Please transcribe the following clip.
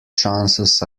chances